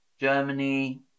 Germany